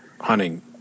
hunting